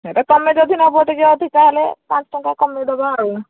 ସେଟା ତୁମେ ଯଦି ନେବ ଟିକେ ଅଧିକା ହେଲେ ପାଞ୍ଚ ଟଙ୍କା କମେଇଦେବା ଆଉ